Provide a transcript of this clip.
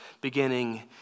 beginning